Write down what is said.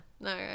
No